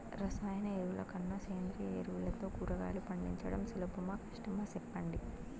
రసాయన ఎరువుల కన్నా సేంద్రియ ఎరువులతో కూరగాయలు పండించడం సులభమా కష్టమా సెప్పండి